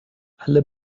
alle